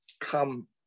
come